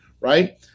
right